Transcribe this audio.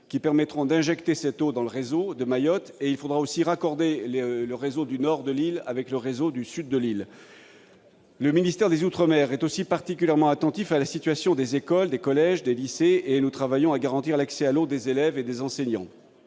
qui permettront d'injecter cette eau dans le réseau de Mayotte. Il faudrait également raccorder le réseau du nord de l'île avec le réseau du sud. Le ministère des outre-mer est aussi particulièrement attentif à la situation des écoles, des collèges et des lycées. Nous travaillons pour que soit garanti l'accès à l'eau des élèves et des enseignants.